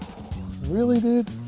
really, dude?